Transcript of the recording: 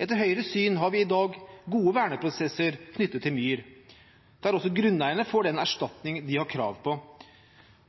Etter Høyres syn har vi i dag gode verneprosesser knyttet til myr, der også grunneierne får den erstatningen de har krav på.